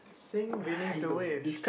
sink beneath the waves